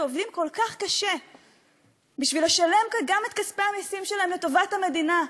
שעובדים כל כך קשה בשביל לשלם כאן גם את כספי המסים שלהם לטובת המדינה,